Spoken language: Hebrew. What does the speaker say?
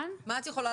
התקציב.